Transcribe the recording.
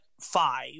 five